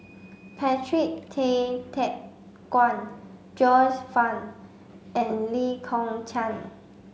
Patrick Tay Teck Guan Joyce Fan and Lee Kong Chian